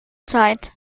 zeit